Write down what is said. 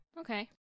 okay